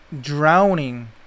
drowning